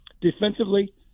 defensively